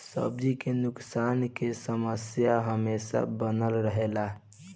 सब्जी के नुकसान के समस्या हमेशा बनल रहेला